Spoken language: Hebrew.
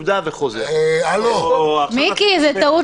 לא משנה על איזה רקע,